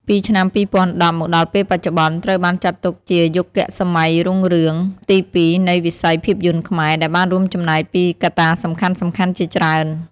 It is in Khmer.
ពីឆ្នាំ២០១០មកដល់ពេលបច្ចុប្បន្ន ត្រូវបានចាត់ទុកជាយុគសម័យរុងរឿងទីពីរនៃវិស័យភាពយន្តខ្មែរ ដែលបានរួមចំណែកពីកត្តាសំខាន់ៗជាច្រើន។